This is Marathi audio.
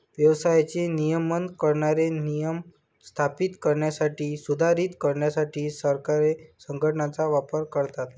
व्यवसायाचे नियमन करणारे नियम स्थापित करण्यासाठी, सुधारित करण्यासाठी सरकारे संघटनेचा वापर करतात